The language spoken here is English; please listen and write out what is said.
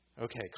Okay